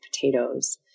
potatoes